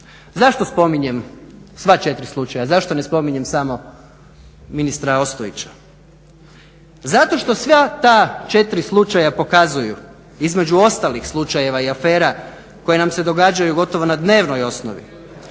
Zašto spominjem sva četiri slučaja, zašto ne spominjem samo ministra Ostojić? Zato što sva ta četiri slučaja pokazuju između ostalih slučajeva i afera koje nam se događaju gotovo na dnevnoj osnovi,